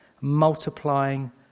multiplying